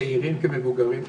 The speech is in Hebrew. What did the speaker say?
זה צעירים כמבוגרים כאחד?